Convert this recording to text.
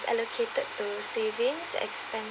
allocated to saving expenses